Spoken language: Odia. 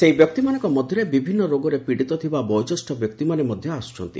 ସେହି ବ୍ୟକ୍ତିମାନଙ୍କ ମଧ୍ୟରେ ବିଭିନ୍ନ ରୋଗରେ ପୀଡ଼ିତ ଥିବା ବୟୋଜ୍ୟେଷ୍ଠ ବ୍ୟକ୍ତିମାନେ ଆସୁଛନ୍ତି